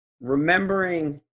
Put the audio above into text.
remembering